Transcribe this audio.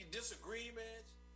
disagreements